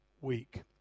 week